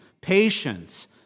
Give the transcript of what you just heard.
patience